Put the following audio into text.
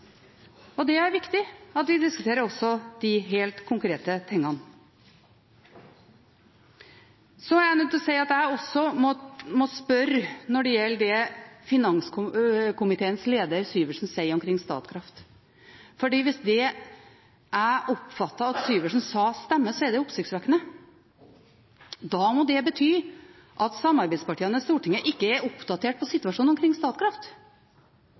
budsjett. Det er viktig at vi diskuterer også de helt konkrete tingene. Jeg er nødt til å si at jeg også må spørre når det gjelder det finanskomiteens leder, Syversen, sier omkring Statkraft, for hvis det jeg oppfatter at Syversen sa, stemmer, er det oppsiktsvekkende. Da må det bety at samarbeidspartiene i Stortinget ikke er oppdatert på situasjonen omkring Statkraft.